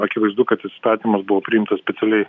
akivaizdu kad įstatymas buvo priimtas specialiai